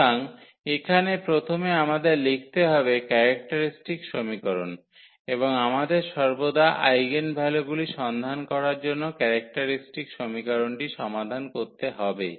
সুতরাং এখানে প্রথমে আমাদের লিখতে হবে ক্যারেক্টারিস্টিক সমীকরণ এবং আমাদের সর্বদা আইগেনভ্যালুগুলি সন্ধান করার জন্য ক্যারেক্টারিস্টিক সমীকরণটি সমাধান করতে হবে